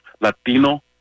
Latino